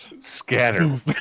scatter